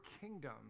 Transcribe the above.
kingdom